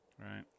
right